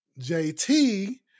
JT